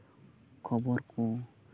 ᱠᱷᱚᱵᱚᱨ ᱠᱚ